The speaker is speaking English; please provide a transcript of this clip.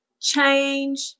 change